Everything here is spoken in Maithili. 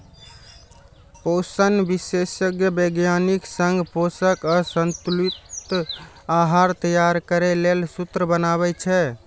पोषण विशेषज्ञ वैज्ञानिक संग पोषक आ संतुलित आहार तैयार करै लेल सूत्र बनाबै छै